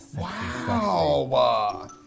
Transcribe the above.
Wow